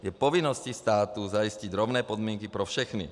Je povinností státu zajistit rovné podmínky pro všechny.